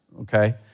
okay